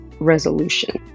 resolution